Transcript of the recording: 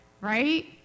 right